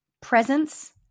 presence